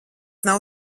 nav